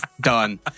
Done